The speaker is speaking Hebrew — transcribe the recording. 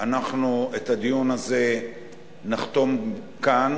שאנחנו את הדיון הזה נחתום כאן,